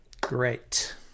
great